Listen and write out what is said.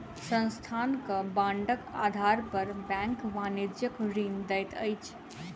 संस्थानक बांडक आधार पर बैंक वाणिज्यक ऋण दैत अछि